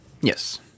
Yes